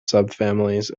subfamilies